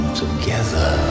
together